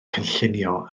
cynllunio